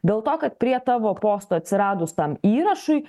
dėl to kad prie tavo posto atsiradus tam įrašui